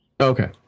Okay